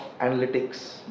analytics